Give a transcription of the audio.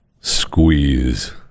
squeeze